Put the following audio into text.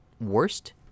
worst